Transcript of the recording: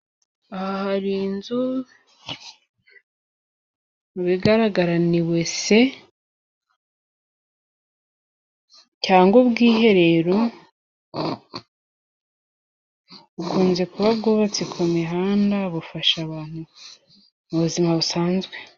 Aha hari inzu mu bigaragara ni wese cyangwa ubwiherero, bukunze kuba bwubatse ku mihanda, bufasha abantu mu buzima busanzwe.